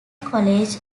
college